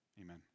Amen